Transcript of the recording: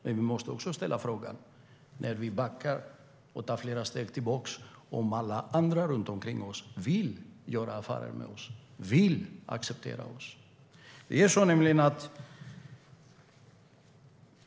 Men vi måste ställa oss frågan om alla andra runt omkring oss vill göra affärer med oss och acceptera oss när vi backar och tar flera steg tillbaka.